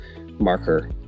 marker